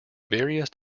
various